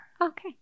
Okay